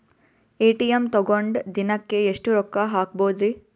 ATM ತಗೊಂಡ್ ದಿನಕ್ಕೆ ಎಷ್ಟ್ ರೊಕ್ಕ ಹಾಕ್ಬೊದ್ರಿ?